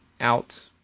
out